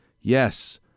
yes